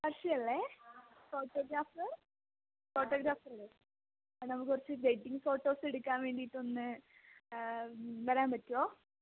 വർഷയല്ലെ photographer ഫോട്ടോഗ്രാഫറല്ലേ ആ നമുക്ക് കുറച്ച് വെഡിങ് ഫോട്ടോസ് എടുക്കാൻ വേണ്ടിയിട്ടൊന്ന് വരാൻ പറ്റുമോ